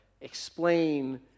explain